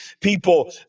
people